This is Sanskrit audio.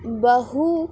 बहु